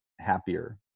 happier